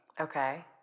Okay